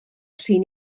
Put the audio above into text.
trin